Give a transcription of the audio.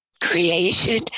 creation